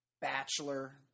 bachelor